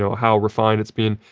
so how refined it's been.